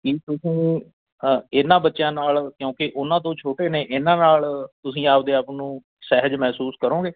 ਕੀ ਤੁਸੀਂ ਅ ਇਹਨਾਂ ਬੱਚਿਆਂ ਨਾਲ ਕਿਉਂਕਿ ਉਹਨਾਂ ਤੋਂ ਛੋਟੇ ਨੇ ਇਹਨਾਂ ਨਾਲ ਤੁਸੀਂ ਆਪਦੇ ਆਪ ਨੂੰ ਸਹਿਜ ਮਹਿਸੂਸ ਕਰੋਗੇ